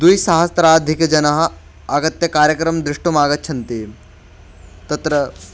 द्विसहस्राधिकजनाः आगत्य कार्यक्रमं द्रष्टुम् आगच्छन्ति तत्र